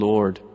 Lord